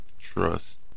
trust